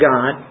God